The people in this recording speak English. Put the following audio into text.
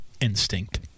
instinct